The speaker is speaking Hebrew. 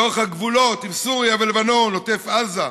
לאורך הגבולות עם סוריה, לבנון ועוטף עזה,